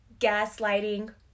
gaslighting